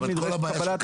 זאת אומרת כל הבעיה,